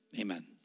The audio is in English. Amen